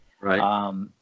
Right